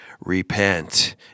repent